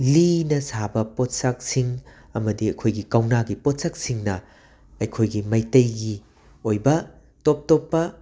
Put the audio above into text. ꯂꯤꯅ ꯁꯥꯕ ꯄꯣꯠꯁꯥꯛꯁꯤꯡ ꯑꯃꯗꯤ ꯑꯩꯈꯣꯏꯒꯤ ꯀꯧꯅꯥꯒꯤ ꯄꯣꯠꯁꯛꯁꯤꯡꯅ ꯑꯩꯈꯣꯏꯒꯤ ꯃꯩꯇꯩꯒꯤ ꯑꯣꯏꯕ ꯇꯣꯞ ꯇꯣꯞꯄ